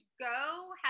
go